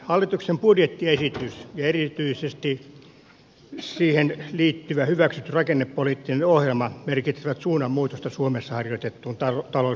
hallituksen budjettiesitys ja erityisesti siihen liittyvä hyväksytty rakennepoliittinen ohjelma merkitsevät suunnanmuutosta suomessa harjoitettuun talouspolitiikkaan